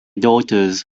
daughters